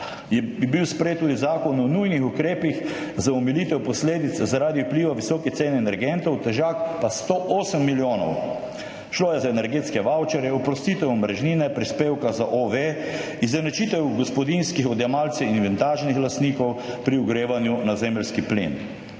je bil sprejet tudi Zakon o nujnih ukrepih za omilitev posledic zaradi vpliva visokih cen energentov, težak 108 milijonov. Šlo je za energetske vavčerje, oprostitev omrežnine, prispevka za OVE, izenačitev gospodinjskih odjemalcev in etažnih lastnikov pri ogrevanju na zemeljski plin.